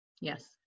Yes